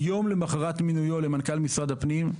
יום למחרת מינויו למנכ"ל משרד הפנים,